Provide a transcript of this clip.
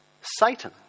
Satan